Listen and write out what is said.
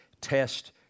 Test